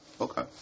Okay